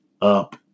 up